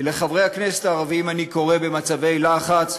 ולחברי הכנסת הערבים אני קורא, במצבי לחץ: